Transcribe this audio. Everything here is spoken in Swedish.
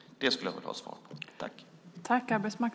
Det skulle jag vilja ha svar på.